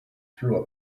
through